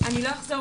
אני לא אחזור